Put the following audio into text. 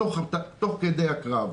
תוך כדי הקרב.